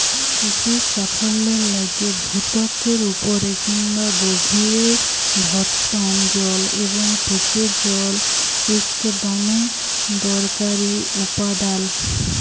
কিসির সাফল্যের লাইগে ভূত্বকের উপরে কিংবা গভীরের ভওম জল এবং সেঁচের জল ইকট দমে দরকারি উপাদাল